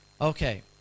Okay